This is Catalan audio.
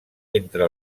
entre